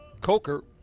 Coker